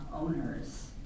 owners